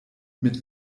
mit